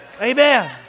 Amen